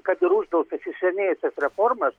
kad ir uždelstas įsisenėjusias reformas